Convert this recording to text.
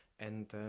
and